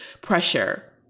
pressure